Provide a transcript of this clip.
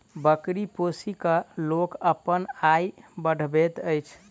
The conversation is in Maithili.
बकरी पोसि क लोक अपन आय बढ़बैत अछि